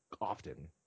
often